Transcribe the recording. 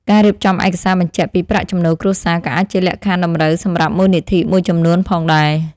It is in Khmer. ការរៀបចំឯកសារបញ្ជាក់ពីប្រាក់ចំណូលគ្រួសារក៏អាចជាលក្ខខណ្ឌតម្រូវសម្រាប់មូលនិធិមួយចំនួនផងដែរ។